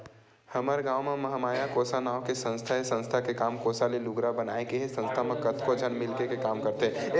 हमर गाँव म महामाया कोसा नांव के संस्था हे संस्था के काम कोसा ले लुगरा बनाए के हे संस्था म कतको झन मिलके के काम करथे